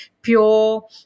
Pure